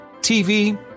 TV